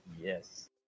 yes